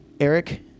Eric